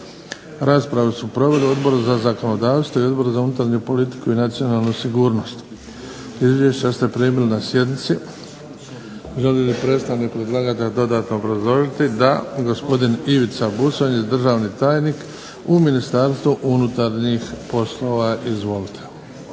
Raspravu su proveli Odbor za zakonodavstvo i Odbor za unutarnju politiku i nacionalnu sigurnost. Izvješća ste primili na sjednici. Želi li predstavnik predlagatelja dodatno obrazložiti? Da. Gospodin Ivica Buconjić, državni tajnik u Ministarstvu unutarnjih poslova. Izvolite.